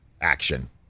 Action